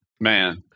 man